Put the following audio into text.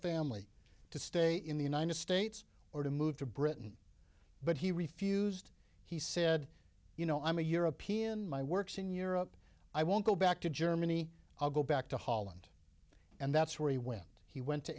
family to stay in the united states or to move to britain but he refused he said you know i'm a european my works in europe i won't go back to germany i'll go back to holland and that's where he when he went to